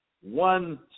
one